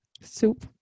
Soup